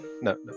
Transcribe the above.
No